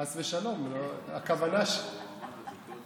חס ושלום, לא זאת הכוונה.